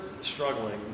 struggling